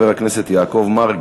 ואחריה, חבר הכנסת יעקב מרגי.